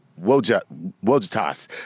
Wojtas